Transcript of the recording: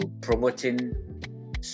promoting